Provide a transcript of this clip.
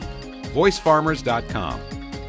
voicefarmers.com